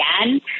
again